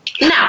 Now